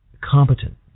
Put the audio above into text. competent